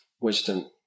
wisdom